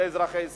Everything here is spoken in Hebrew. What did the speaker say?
לאזרחי ישראל.